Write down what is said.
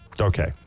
okay